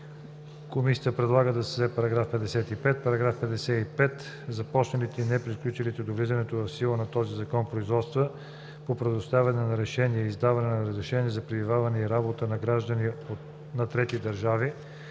Комисията предлага да се създаде § 55: „§ 55. Започналите и неприключили до влизането в сила на този закон производства по предоставяне на решения и издаване на разрешения за пребиваване и работа на граждани на трети държави